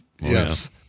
Yes